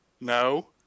No